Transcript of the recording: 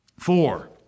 Four